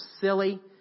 silly